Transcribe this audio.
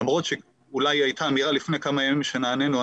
למרות שאולי הייתה אמירה לפני כמה ימים שנענינו,